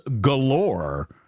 galore